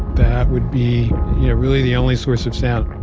that would be really the only source of sound